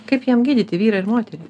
kaip jam gydyti vyrą ir moterį